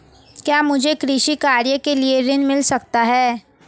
क्या मुझे कृषि कार्य के लिए ऋण मिल सकता है?